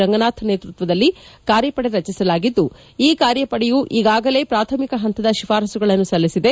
ರಂಗನಾಥ್ ನೇತೃತ್ವದಲ್ಲಿ ಕಾರ್ಯಪಡೆಯನ್ನು ರಚಿಸಲಾಗಿದ್ದು ಕಾರ್ಯಪಡೆಯು ಈಗಾಗಲೇ ಪ್ರಾಥಮಿಕ ಹಂತದ ಶಿಫಾರಸುಗಳನ್ನು ಸಲ್ಲಿಸಿದೆ